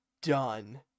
done